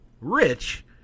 Rich